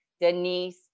Denise